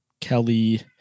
Kelly